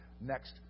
Next